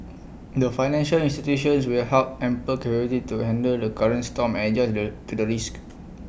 the financial institutions will have ample capability to handle the current storm and adjust to to the risks